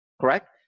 correct